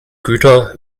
güter